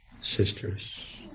sisters